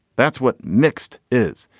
that's what mixed is.